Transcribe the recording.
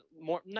more